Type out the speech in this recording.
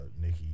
Nikki